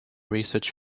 research